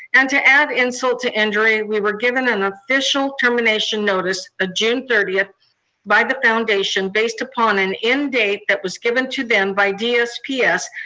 and to add insult to injury, we were given an official termination notice of ah june thirtieth by the foundation based upon an end date that was given to them by dsps.